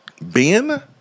Ben